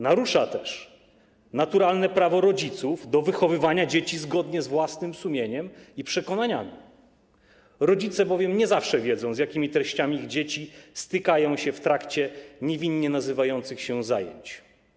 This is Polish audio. Narusza też naturalne prawo rodziców do wychowywania dzieci zgodnie z własnym sumieniem i przekonaniami, rodzice bowiem nie zawsze wiedzą, z jakimi treściami ich dzieci stykają się w trakcie niewinnie nazywających się zajęć.